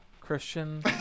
Christian